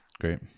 Great